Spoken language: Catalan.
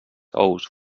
ous